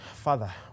Father